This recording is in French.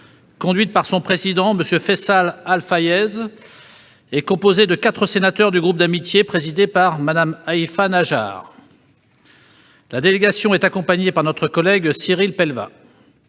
conduite par son président M. Fayçal Al-Fayez et composée de quatre sénateurs du groupe d'amitié présidé par Mme Haifa Najjar. La délégation est accompagnée par notre collègue Cyril Pellevat,